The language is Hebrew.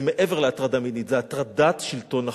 זה מעבר להטרדה מינית, זו הטרדת שלטון החוק.